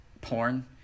porn